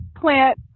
plant